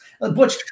Butch